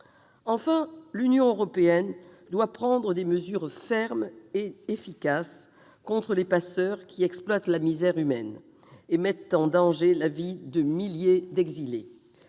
Enfin, l'Union européenne doit prendre des mesures fermes et efficaces contre les passeurs qui exploitent la misère humaine et mettent en danger la vie de milliers d'exilés.